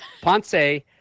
Ponce